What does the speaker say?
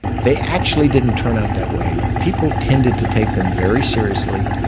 they actually didn't turn out that way. people tended to take them very seriously,